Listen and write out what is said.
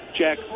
Jack